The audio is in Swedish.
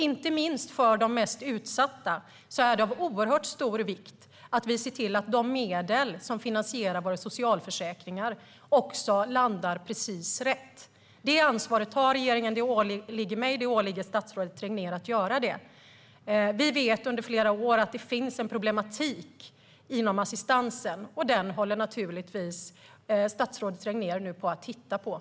Inte minst för de mest utsatta är det av oerhört stor vikt att vi ser till att de medel som finansierar våra socialförsäkringar också landar precis rätt. Detta ansvar har regeringen. Det åligger mig och statsrådet Regnér att göra det. Vi vet sedan flera år att det finns en problematik inom assistansen, och den tittar nu statsrådet Regnér naturligtvis på.